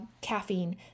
caffeine